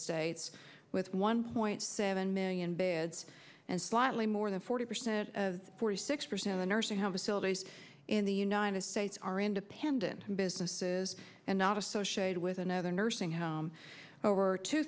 states with one point seven million beds and slightly more than forty percent forty six percent a nursing home facilities in the united states are independent businesses and not associated with another nursing home over two